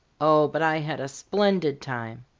oh, but i had a splendid time!